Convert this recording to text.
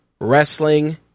Wrestling